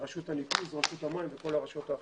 רשות הניקוז, רשות המים וכל הרשויות האחרות.